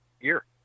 year